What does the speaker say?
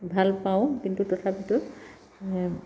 ভাল পাওঁ কিন্তু তথাপিতো